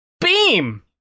beam